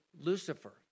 Lucifer